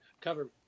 cover